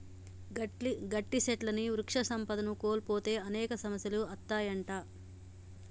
గట్టి సెట్లుని వృక్ష సంపదను కోల్పోతే అనేక సమస్యలు అత్తాయంట